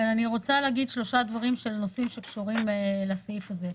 אני רוצה להגיד שלושה דברים בנושאים שקשורים לסעיף הזה.